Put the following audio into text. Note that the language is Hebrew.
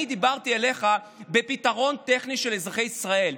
אני דיברתי אליך על פתרון טכני לאזרחי ישראל,